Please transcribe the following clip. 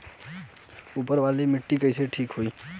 ऊसर वाली मिट्टी कईसे ठीक होई?